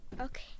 Okay